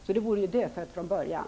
Så det vore ju dödfött från början.